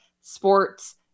sports